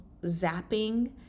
zapping